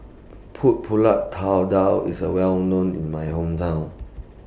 Pulut Tatal IS A Well known in My Hometown